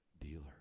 dealer